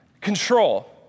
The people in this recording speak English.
Control